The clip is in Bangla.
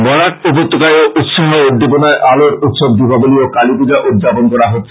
বরাক উপত্যকায়ও উৎসাহ উদ্দীপনায় আলোর উৎসব দীপাবলী ও কালীপূজা উদযাপন করা হচ্ছে